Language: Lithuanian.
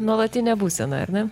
nuolatinė būsena ar ne